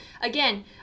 again